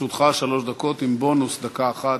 לרשותך שלוש דקות, עם בונוס דקה אחת,